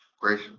Great